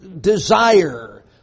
desire